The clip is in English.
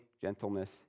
gentleness